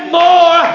more